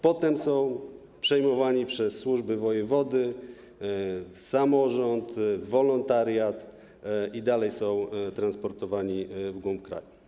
Potem są przejmowani przez służby wojewody, samorząd, wolontariat i dalej są transportowani w głąb kraju.